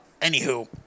anywho